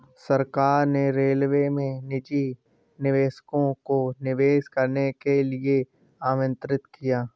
सरकार ने रेलवे में निजी निवेशकों को निवेश करने के लिए आमंत्रित किया